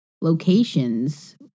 locations